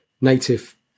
native